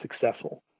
successful